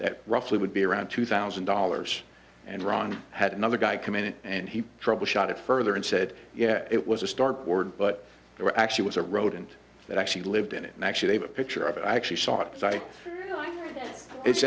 that roughly would be around two thousand dollars and ron had another guy committed and he troubleshot it further and said yeah it was a stark word but there actually was a rodent that actually lived in it and i actually have a picture of it i actually saw it